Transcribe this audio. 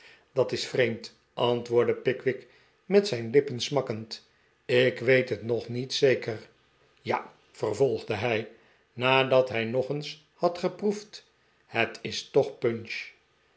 dat is vreemd antwoordde pickwick met zijn lippen smakkend ik weet het nog niet zeker ja vervolgde hij nadat hij nog eens had geproefd het is toch punch